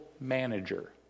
manager